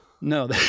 No